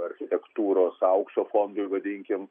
architektūros aukso fondui vadinkim